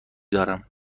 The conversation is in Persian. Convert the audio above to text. دارم